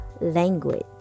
language